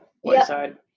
Whiteside